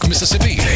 Mississippi